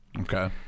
Okay